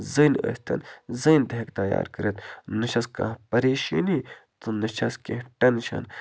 زٔنۍ ٲسۍتَن زٔنۍ تہِ ہیٚکہِ تیار کٔرِتھ نہٕ چھَس کانٛہہ پریشٲنی تہٕ نہٕ چھَس کیٚنہہ ٹٮ۪نشَن